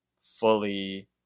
fully